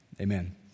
amen